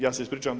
Ja se ispričavam.